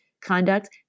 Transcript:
conduct